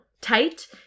Tight